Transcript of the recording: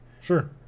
Sure